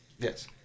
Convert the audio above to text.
Yes